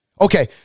Okay